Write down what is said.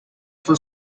for